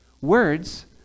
Words